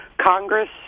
Congress